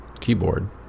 keyboard